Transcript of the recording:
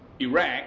Iraq